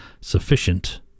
Sufficient